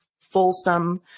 fulsome